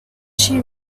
she